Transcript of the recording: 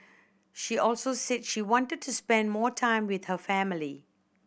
she also said she wanted to spend more time with her family